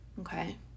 okay